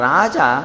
Raja